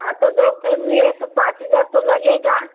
हाँ तो दो फैमिली है तो पाँच हज़ार तो लगेगा